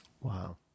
Wow